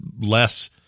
less